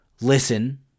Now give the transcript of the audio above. listen